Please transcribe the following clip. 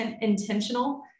intentional